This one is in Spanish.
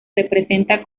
representa